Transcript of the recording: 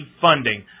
funding